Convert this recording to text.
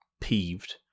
peeved